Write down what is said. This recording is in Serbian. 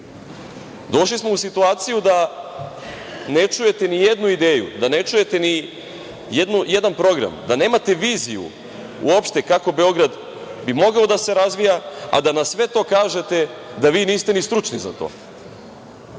smo u situaciju da ne čujete ni jednu ideju, da ne čujete ni jedan program, da nemate viziju uopšte kako bi Beograd mogao da se razvija, a da na sve to kažete da vi niste ni stručni za to.